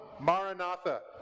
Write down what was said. Maranatha